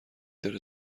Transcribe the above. داره